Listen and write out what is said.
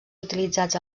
utilitzats